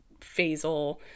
phasal